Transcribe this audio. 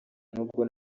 nubwo